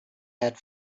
had